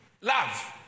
Love